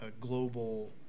global